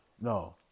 no